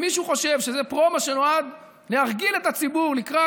אם מישהו חושב שזה פרומו שנועד להרגיל את הציבור לקראת